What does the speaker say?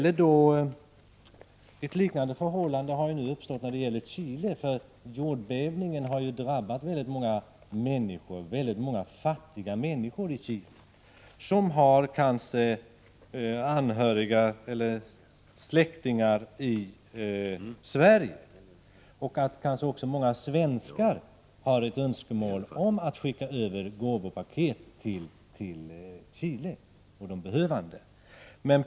Ett liknande förhållande har nu uppstått när det gäller Chile. Jordbävningen har drabbat många fattiga människor i Chile, som kanske har vänner eller släktingar i Sverige. Måhända har också svenskar önskemål om att skicka gåvopaket till de behövande i Chile.